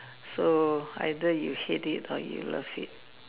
so either you hate it or you love it